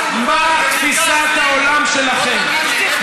מה תפיסת העולם שלכם?